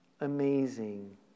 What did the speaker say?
amazing